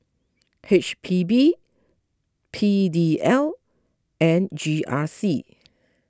H P B P D L and G R C